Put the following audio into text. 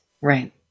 right